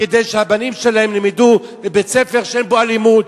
כדי שהבנים שלהם ילמדו בבית-ספר שאין בו אלימות,